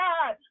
God